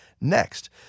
next